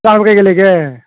ꯆꯥꯅꯕ ꯀꯔꯤ ꯀꯔꯤ ꯂꯩꯒꯦ